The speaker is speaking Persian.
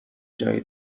جای